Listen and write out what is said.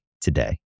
today